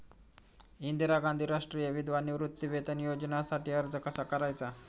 इंदिरा गांधी राष्ट्रीय विधवा निवृत्तीवेतन योजनेसाठी अर्ज कसा करायचा?